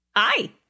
Hi